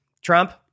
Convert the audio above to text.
Trump